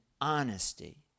honesty